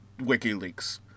WikiLeaks